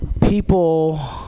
people